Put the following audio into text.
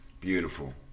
Beautiful